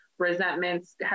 resentments